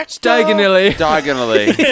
Diagonally